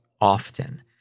often